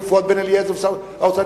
עם פואד בן-אליעזר ועם שר האוצר,